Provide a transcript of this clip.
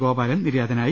ഗോപാലൻ നിര്യാതനായി